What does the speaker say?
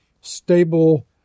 stable